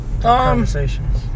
conversations